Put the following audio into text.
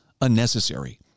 unnecessary